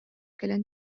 кэлэн